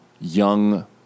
young